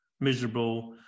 miserable